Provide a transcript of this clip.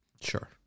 Sure